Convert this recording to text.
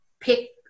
pick